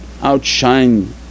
outshine